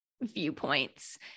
viewpoints